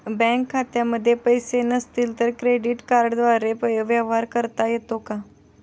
Bank खात्यामध्ये पैसे नसले तरी क्रेडिट कार्डद्वारे व्यवहार करता येतो का?